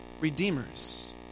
redeemers